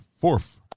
fourth